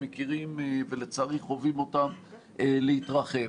מכירים ולצערי חווים אותן להתרחב.